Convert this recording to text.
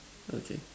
okay